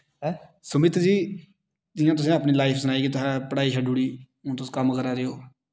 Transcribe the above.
सुमित जी जि'यां तुसें अपनी लाइफ सनाई की तुसें पढ़ाई छड्डी ओड़ी हुन तुस कम्म करा दे ओ